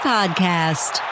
Podcast